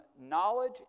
knowledge